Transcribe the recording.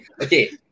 Okay